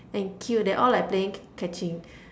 and cute they all like playing catching